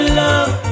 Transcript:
love